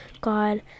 God